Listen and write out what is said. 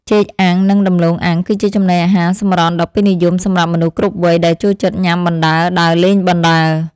ចេកអាំង និងដំឡូងអាំងគឺជាចំណីអាហារសម្រន់ដ៏ពេញនិយមសម្រាប់មនុស្សគ្រប់វ័យដែលចូលចិត្តញ៉ាំបណ្ដើរដើរលេងបណ្ដើរ។